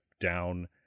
down